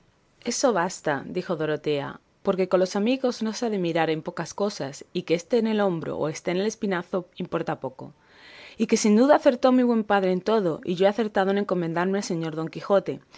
eso basta dijo dorotea porque con los amigos no se ha de mirar en pocas cosas y que esté en el hombro o que esté en el espinazo importa poco basta que haya lunar y esté donde estuviere pues todo es una mesma carne y sin duda acertó mi buen padre en todo y yo he acertado en encomendarme al señor don quijote